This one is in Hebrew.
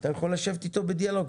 אתה יכול לשבת אתו בדיאלוג,